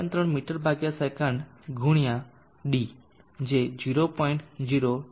3 મી સે ગુણ્યા d જે 0